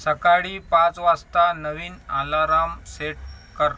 सकाळी पाच वाजता नवीन आलाराम सेट कर